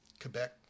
Quebec